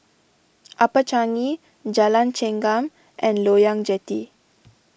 Upper Changi Jalan Chengam and Loyang Jetty